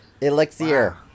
Elixir